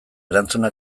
erantzuna